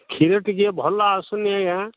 କ୍ଷୀର ଟିକିଏ ଭଲ ଆସୁନି ଆଜ୍ଞା